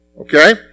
Okay